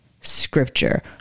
scripture